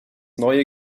neue